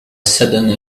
sudden